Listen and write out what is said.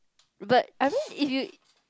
but I mean if you